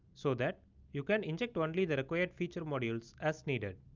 so that you can inject only the required feature modules as needed.